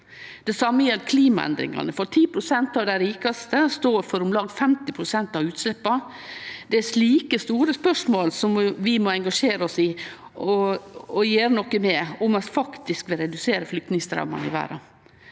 Det same gjeld klimaendringane. 10 pst. av dei rikaste står for om lag 50 pst. av utsleppa. Det er slike store spørsmål vi må engasjere oss i og gjere noko med om ein faktisk vil redusere flyktningstraumane i verda.